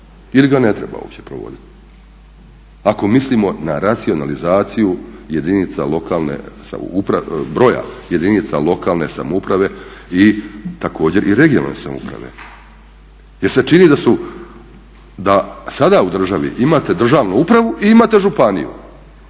Ili ga ne treba uopće provoditi. Ako mislimo na racionalizaciju jedinica lokalne, broja jedinica lokalne samouprave i također i regionalne samouprave. Jer se čini da su, da sada u državi imate državnu upravu i imate županiju.